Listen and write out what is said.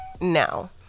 Now